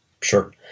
Sure